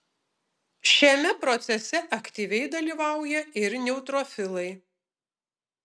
šiame procese aktyviai dalyvauja ir neutrofilai